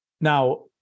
Now